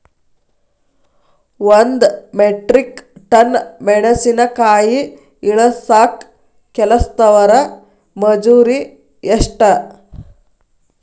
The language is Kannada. ಒಂದ್ ಮೆಟ್ರಿಕ್ ಟನ್ ಮೆಣಸಿನಕಾಯಿ ಇಳಸಾಕ್ ಕೆಲಸ್ದವರ ಮಜೂರಿ ಎಷ್ಟ?